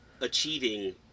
achieving